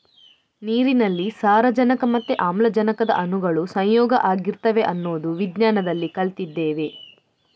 ನೀರಿನಲ್ಲಿ ಸಾರಜನಕ ಮತ್ತೆ ಆಮ್ಲಜನಕದ ಅಣುಗಳು ಸಂಯೋಗ ಆಗಿರ್ತವೆ ಅನ್ನೋದು ವಿಜ್ಞಾನದಲ್ಲಿ ಕಲ್ತಿದ್ದೇವೆ